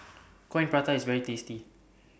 Coin Prata IS very tasty